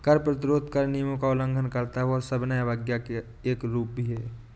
कर प्रतिरोध कर नियमों का उल्लंघन करता है और सविनय अवज्ञा का एक रूप भी है